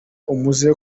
umuze